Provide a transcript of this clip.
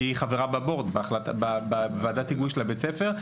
שחברה בוועדת ההיגוי של בית הספר,